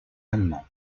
allemand